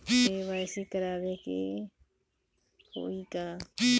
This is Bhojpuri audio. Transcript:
के.वाइ.सी करावे के होई का?